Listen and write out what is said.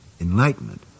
enlightenment